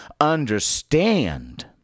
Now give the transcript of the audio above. understand